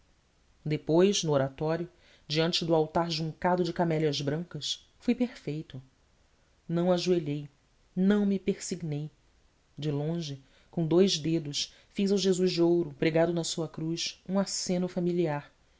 depois no oratório diante do altar juncado de camélias brancas fui perfeito não ajoelhei não me persignei de longe com dous dedos fiz ao jesus de ouro pregado na sua cruz um aceno familiar